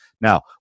Now